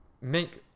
make